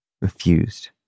refused